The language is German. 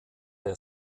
der